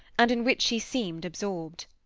and in which she seemed absorbed.